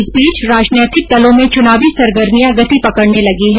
इस बीच राजनैतिक दलों में चुनावी सरगर्मियां गति पकडने लगी है